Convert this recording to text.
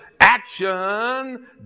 action